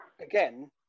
again